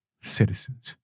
citizens